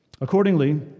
Accordingly